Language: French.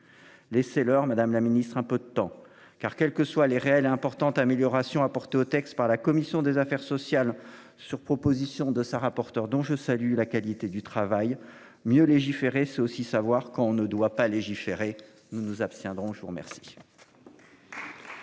Laisser l'heure madame la ministre, un peu de temps car, quelles que soient les réelles importantes améliorations apportées au texte par la commission des affaires sociales, sur proposition de sa rapporteure dont je salue la qualité du travail mieux légiférer, c'est aussi savoir qu'on ne doit pas légiférer, nous nous abstiendrons. Je vous remercie.